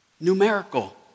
numerical